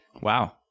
Wow